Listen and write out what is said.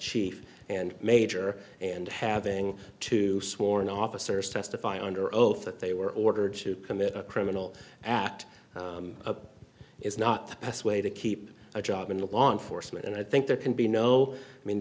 chief and major and having two sworn officers testify under oath they were ordered to commit a criminal act is not the best way to keep a job in law enforcement and i think there can be no i mean